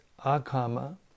Akama